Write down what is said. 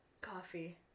Coffee